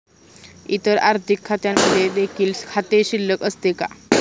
इतर आर्थिक खात्यांमध्ये देखील खाते शिल्लक असते का?